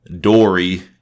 Dory